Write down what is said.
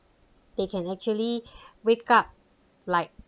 they can actually wake up like